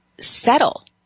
settle